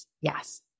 Yes